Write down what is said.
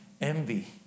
envy